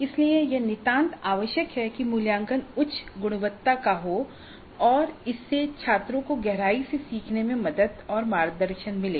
इसलिए यह नितांत आवश्यक है कि मूल्यांकन उच्च गुणवत्ता का हो और इससे छात्रों को गहराई से सीखने में मदद और मार्गदर्शन मिले